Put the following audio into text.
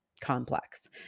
complex